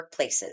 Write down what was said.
workplaces